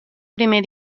primer